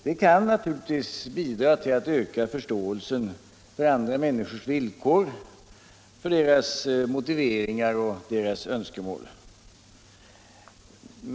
Det kan bidra till att öka förståelsen för medmänniskornas villkor, för deras motiveringar och deras önskemål.